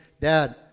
Dad